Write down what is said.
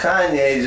Kanye